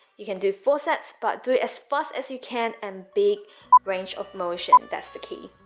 you can do four sets but do it as fast as you can and big range of motion. that's the key